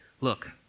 Look